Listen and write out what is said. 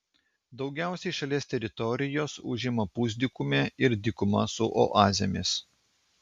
daugiausiai šalies teritorijos užima pusdykumė ir dykuma su oazėmis